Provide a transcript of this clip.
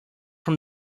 from